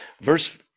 Verse